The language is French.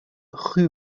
rue